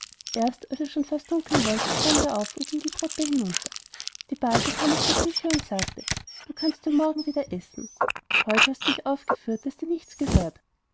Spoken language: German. erst als es schon fast dunkeln wollte stand er auf und ging die treppe hinunter die base kam aus der küche und sagte du kannst denn morgen wieder essen heut hast du dich aufgeführt daß dir nichts gehört